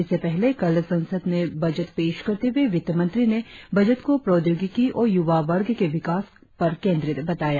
इससे पहले कल संसद में बजट पेश करते हुए वित्तमंत्री ने बजट को प्रौद्योगिकी और युवा वर्ग के विकास पर केंद्रित बताया